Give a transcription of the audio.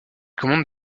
commande